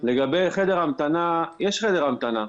לגבי חדר המתנה, יש חדר המתנה.